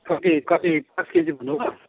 कति कति पाँच केजी भन्नुभयो